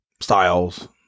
styles